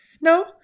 No